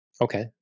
Okay